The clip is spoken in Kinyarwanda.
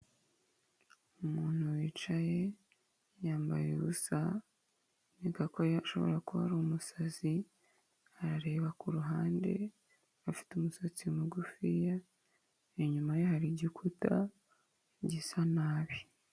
Umuntu wicaye yambaye ubusa, nkeka ko ashobora kuba ari umusazi, arareba ku ruhande, afite umusatsi mugufiya, inyuma ye hari igikuta gisa nabi.